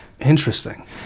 Interesting